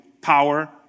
power